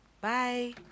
Bye